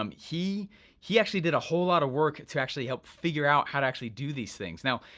um he he actually did a whole lot of work to actually help figure out how to actually do these things. now,